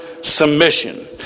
submission